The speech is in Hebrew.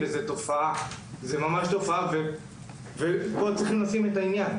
זו ממש תופעה, ובזה צריך להתמקד פה.